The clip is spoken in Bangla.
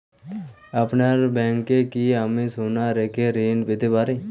আপনার ব্যাংকে কি আমি সোনা রেখে ঋণ পেতে পারি?